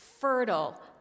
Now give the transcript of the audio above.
fertile